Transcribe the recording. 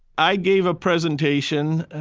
i gave a presentation